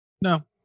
No